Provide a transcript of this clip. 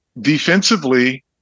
Defensively